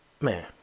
Man